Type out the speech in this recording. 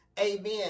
Amen